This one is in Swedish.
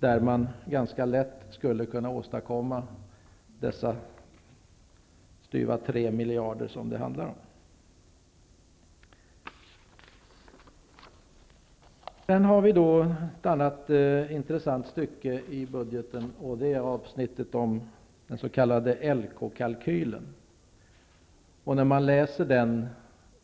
Där skulle vi ganska lätt kunna åstadkomma dessa styva tre miljarder som det handlar om. Ett annat intressant stycke i budgeten är avsnittet om den s.k. LK-kalkylen. När man läser den